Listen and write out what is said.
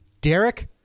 Derek